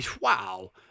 wow